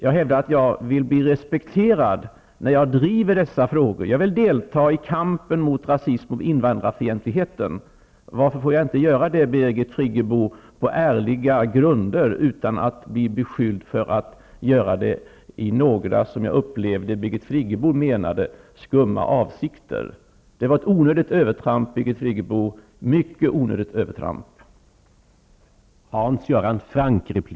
Jag hävdar att jag vill bli respekterad när jag driver dessa frågor. Jag vill delta i kampen mot rasism och invandrarfientlighet. Varför får jag inte göra det på ärliga grunder, Birgit Friggebo, utan att bli beskylld för att göra det i några, som jag upplevde att Birgit Friggebo menade, skumma avsikter? Det var ett mycket onödigt övertramp, Birgit Friggebo.